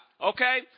Okay